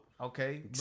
Okay